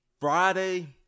Friday